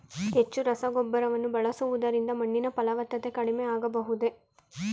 ಹೆಚ್ಚು ರಸಗೊಬ್ಬರವನ್ನು ಬಳಸುವುದರಿಂದ ಮಣ್ಣಿನ ಫಲವತ್ತತೆ ಕಡಿಮೆ ಆಗಬಹುದೇ?